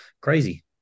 crazy